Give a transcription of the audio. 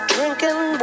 Drinking